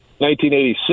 1986